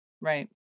Right